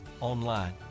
online